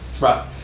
Right